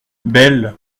belle